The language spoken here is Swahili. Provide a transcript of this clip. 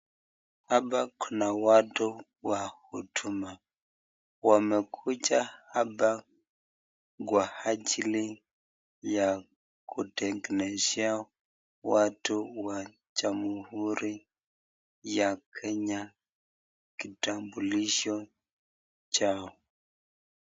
Hapa kuna watu wa huduma. Wamekuja hapa kwa ajili ya kutengenezea watu wa jamhuri ya Kenya kitambulisho chao.